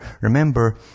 Remember